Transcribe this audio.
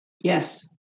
yes